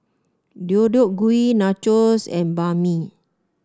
Deodeok Gui Nachos and Banh Mi